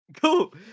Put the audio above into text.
cool